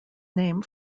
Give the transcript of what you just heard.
name